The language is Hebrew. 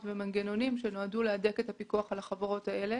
ומנגנונים שנועדו להדק את הפיקוח על החברות האלו,